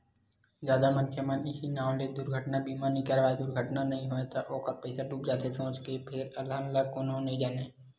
जादा मनखे मन इहीं नांव ले दुरघटना बीमा नइ कराय दुरघटना नइ होय त ओखर पइसा डूब जाथे सोच के फेर अलहन ल कोनो नइ जानय